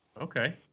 Okay